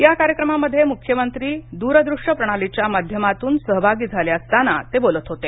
या कार्यक्रमामध्ये मुख्यमंत्री दूरदृष्य प्रणालीच्या माध्यमातून सहभागी झाले असताना ते बोलत होते